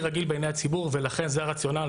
ולכן זה הרציונל,